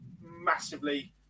massively